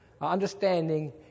understanding